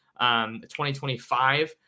2025